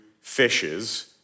fishes